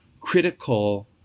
critical